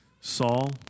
Saul